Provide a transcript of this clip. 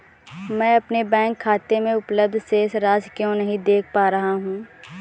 मैं अपने बैंक खाते में उपलब्ध शेष राशि क्यो नहीं देख पा रहा हूँ?